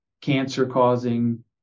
cancer-causing